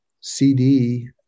cd